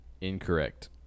Incorrect